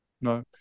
no